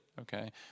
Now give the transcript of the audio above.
okay